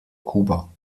kuba